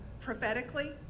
prophetically